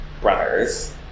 brothers